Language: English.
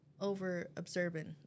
over-observant